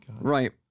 Right